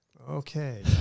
Okay